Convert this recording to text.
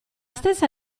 stessa